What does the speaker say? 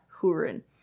huron